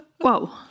Whoa